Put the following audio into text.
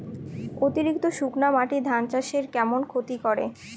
অতিরিক্ত শুকনা মাটি ধান চাষের কেমন ক্ষতি করে?